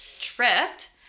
tripped